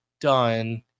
done